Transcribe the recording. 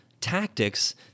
tactics